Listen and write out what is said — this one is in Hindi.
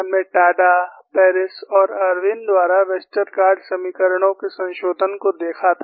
हमने टाडा पेरिस और इरविन द्वारा वेस्टरगार्ड समीकरणों के संशोधन को देखा था